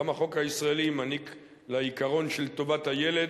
גם החוק הישראלי מעניק לעיקרון של טובת הילד